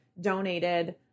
donated